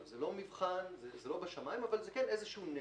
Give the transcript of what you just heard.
זה לא בשמיים אבל כן נטל.